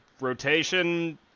Rotation